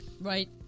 right